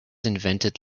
invented